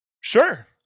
Sure